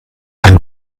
ein